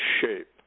shape